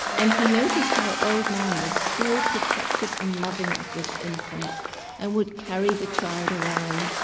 and he noticed how old man was so protective and loving of this infant and would carry the child around,